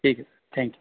ਠੀਕ ਹੈ thank you